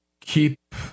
keep